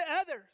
others